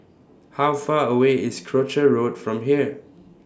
How Far away IS Croucher Road from here